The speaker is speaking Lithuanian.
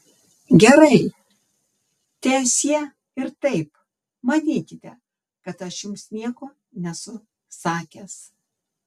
gerai teesie ir taip manykite kad aš jums nieko nesu sakęs